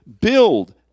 build